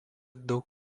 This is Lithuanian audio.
daug